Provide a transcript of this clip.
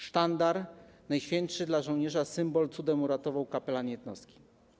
Sztandar, najświętszy dla żołnierza symbol, cudem uratował kapelan jednostki.